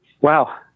wow